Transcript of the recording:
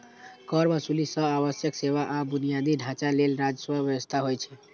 कर वसूली सं आवश्यक सेवा आ बुनियादी ढांचा लेल राजस्वक व्यवस्था होइ छै